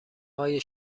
های